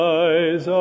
eyes